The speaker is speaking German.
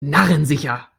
narrensicher